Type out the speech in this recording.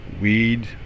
weed